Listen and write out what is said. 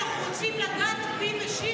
אנחנו רוצים לדעת מי משיב בשם השר.